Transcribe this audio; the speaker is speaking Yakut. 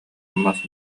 мас